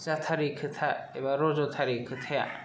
जाथारै खोथा एबा रज'थारै खोथाया